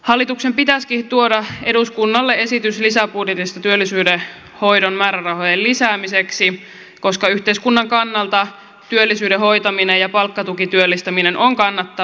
hallituksen pitäisikin tuoda eduskunnalle esitys lisäbudjetista työllisyyden hoidon määrärahojen lisäämiseksi koska yhteiskunnan kannalta työllisyyden hoitaminen ja palkkatukityöllistäminen on kannattavaa